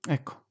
Ecco